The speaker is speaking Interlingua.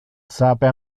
sape